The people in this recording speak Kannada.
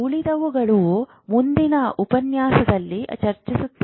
ಉಳಿದವುಗಳನ್ನು ಮುಂದಿನ ಉಪನ್ಯಾಸದಲ್ಲಿ ಚರ್ಚಿಸುತ್ತೇನೆ